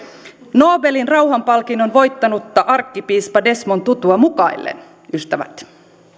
nobelin rauhanpalkinnon voittanutta arkkipiispa desmond tutua mukaillen ystävät